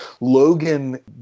Logan